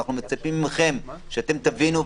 אנחנו מצפים מכם שאתם תבינו,